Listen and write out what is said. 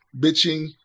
bitching